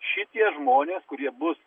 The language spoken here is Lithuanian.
šitie žmonės kurie bus